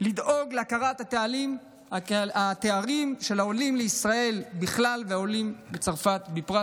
ונדאג להכרה בתארים של העולים לישראל בכלל והעולים מצרפת בפרט.